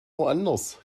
woanders